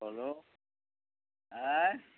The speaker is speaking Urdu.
بولو ایں